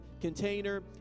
container